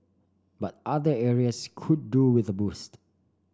but other areas could do with a boost